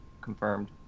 Confirmed